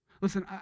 Listen